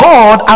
God